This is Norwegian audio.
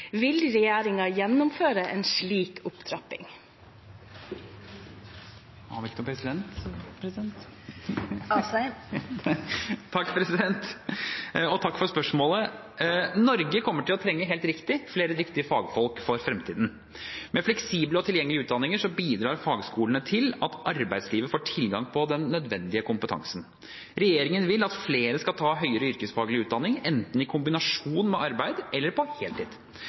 Vil regjeringen gjennomføre den opptrappingen?» Takk for spørsmålet. Norge kommer helt riktig til å trenge flere dyktige fagfolk for fremtiden. Med fleksible og tilgjengelige utdanninger bidrar fagskolene til at arbeidslivet får tilgang på den nødvendige kompetansen. Regjeringen vil at flere skal ta høyere yrkesfaglig utdanning, enten i kombinasjon med arbeid eller på